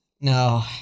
No